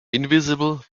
invisible